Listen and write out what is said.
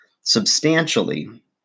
substantially